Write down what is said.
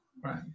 Right